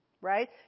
right